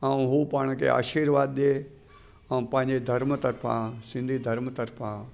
ऐं हू पाण खे आशिर्वाद ॾिए ऐं पंहिंजे धर्म तर्फ़ा सिंधी धर्म तर्फ़ा